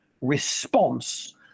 response